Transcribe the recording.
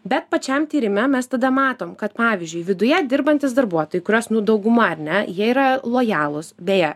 bet pačiam tyrime mes tada matom kad pavyzdžiui viduje dirbantys darbuotojai kuriuos nu dauguma ar ne jie yra lojalūs beje